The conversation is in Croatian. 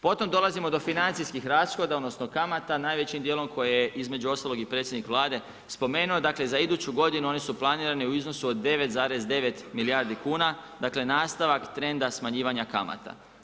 Po tom dolazimo do financijskih rashoda odnosno kamata, najvećim dijelom koje je između ostalog i predsjednik Vlade spomenuo, dakle za iduću godinu oni su planirani u iznosu od 9,9 milijardi kuna, dakle nastavak trenda smanjivanja kamata.